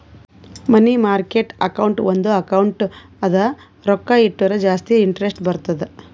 ಮನಿ market account ಒಂದ್ account ಅದ ರೊಕ್ಕಾ ಇಟ್ಟುರ ಜಾಸ್ತಿ ಇಂಟರೆಸ್ಟ್ ಬರ್ತುದ್